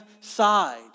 side